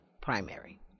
primary